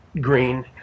green